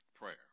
Prayer